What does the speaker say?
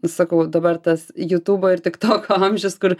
sakau dabar tas jutubo ir tiktoko amžius kur